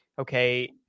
okay